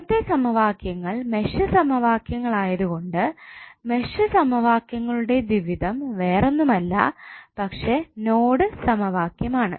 മുന്നത്തെ സമവാക്യങ്ങൾ മെഷ് സമവാക്യങ്ങൾ ആയതുകൊണ്ട് മെഷ് സമവാക്യങ്ങളുടെ ദ്വിവിധം വേറൊന്നുമല്ല പക്ഷേ നോഡ് സമവാക്യമാണ്